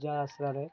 ଯାହା ଆଶ୍ରାରେ